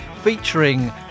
featuring